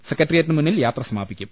സെക്രട്ടേറിയറ്റിന് മുന്നിൽ യാത്ര സമാപിക്കും